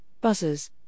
buzzers